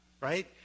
right